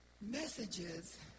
messages